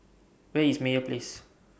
Where IS Meyer Place